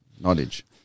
knowledge